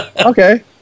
Okay